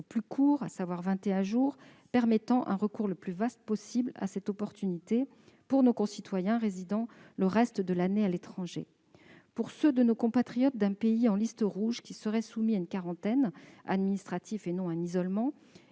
plus court, à savoir 21 jours, ce qui permet un recours le plus vaste possible à cette opportunité pour nos concitoyens résidant le reste de l'année à l'étranger. Ceux de nos compatriotes qui reviennent d'un pays en liste rouge et qui seraient soumis à une quarantaine administrative, et non à un isolement,